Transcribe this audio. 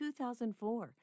2004